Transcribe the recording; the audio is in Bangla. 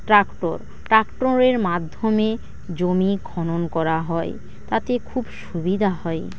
ট্রাক্টর ট্রাক্টরের মাধ্যমে জমি খনন করা হয় তাতে খুব সুবিধা হয়